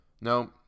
No